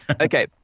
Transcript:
Okay